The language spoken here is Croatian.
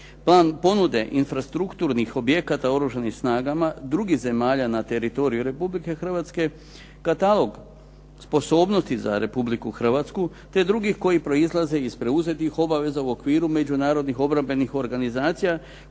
ponude infrastrukturnih objekata oružanim snagama drugih zemalja na teritoriju Republike Hrvatske, katalog sposobnosti za Republiku Hrvatsku, te drugih koji proizlaze iz preuzetih obveza u okviru međunarodnih obrambenih organizacija kojima